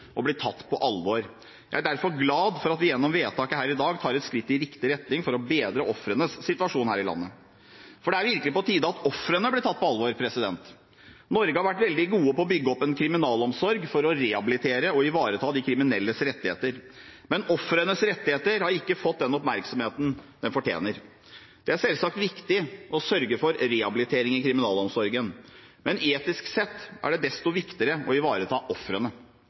å bli tatt på alvor. Jeg er derfor glad for at vi gjennom vedtaket her i dag tar et skritt i riktig retning for å bedre ofrenes situasjon her i landet. Det er virkelig på tide at ofrene blir tatt på alvor. Norge har vært veldig gode på å bygge opp en kriminalomsorg for å rehabilitere og ivareta de kriminelles rettigheter, men ofrenes rettigheter har ikke fått den oppmerksomheten de fortjener. Det er selvsagt viktig å sørge for rehabilitering i kriminalomsorgen, men etisk sett er det enda viktigere å ivareta ofrene.